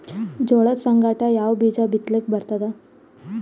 ಜೋಳದ ಸಂಗಾಟ ಯಾವ ಬೀಜಾ ಬಿತಲಿಕ್ಕ ಬರ್ತಾದ?